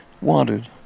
wanted